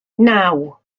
naw